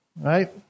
right